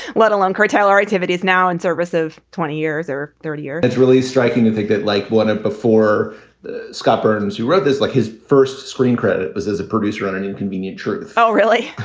let alone curtail our activities now in service of twenty years or thirty year it's really striking to think that like one of before scott burns, you wrote this like his first screen credit was as a producer on an inconvenient truth. oh, really?